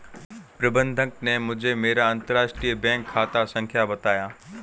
प्रबन्धक ने मुझें मेरा अंतरराष्ट्रीय बैंक खाता संख्या बताया